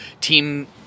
team